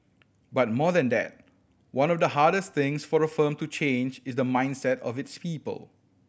but more than that one of the hardest things for a firm to change is the mindset of its people